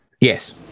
yes